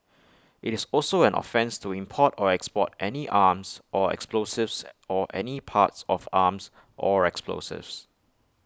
IT is also an offence to import or export any arms or explosives or any parts of arms or explosives